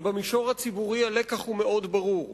במישור הציבורי הלקח מאוד ברור: